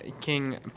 King